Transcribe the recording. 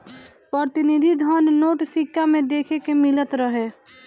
प्रतिनिधि धन नोट, सिक्का में देखे के मिलत रहे